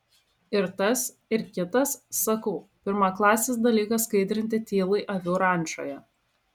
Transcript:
ir tas ir kitas sakau pirmaklasis dalykas skaidrinti tylai avių rančoje